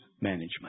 management